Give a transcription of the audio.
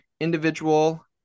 individual